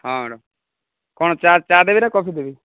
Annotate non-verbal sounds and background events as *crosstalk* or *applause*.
ହଁ *unintelligible* କ'ଣ ଚା' ଚା' ଦେବି ନା କଫି ଦେବି